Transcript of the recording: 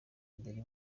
mbere